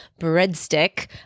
breadstick